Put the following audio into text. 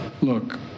Look